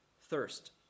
thirst